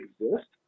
exist